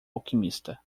alquimista